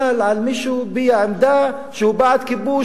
הוא חל על מי שהביע עמדה שהוא בעד כיבוש,